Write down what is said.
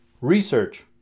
Research